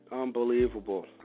Unbelievable